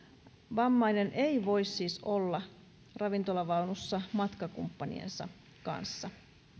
vammainen ei siis voi olla ravintolavaunussa matkakumppaniensa kanssa